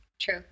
True